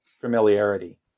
familiarity